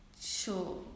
Sure